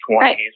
right